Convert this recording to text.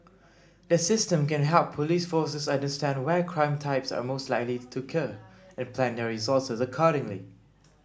the system can help police forces understand where crime types are most likely to occur and plan their resources accordingly